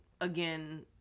again